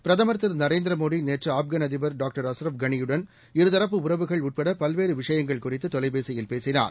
பிரதமர் திரு நரேந்திர மோடி நேற்று ஆப்கான் அதிபர் டாக்டர் அஸ்ரப் கனியுடன் இருதரப்பு உறவுகள் உட்பட பல்வேறு விஷயங்கள் குறித்து தொலைபேசியில் பேசினார்